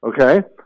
Okay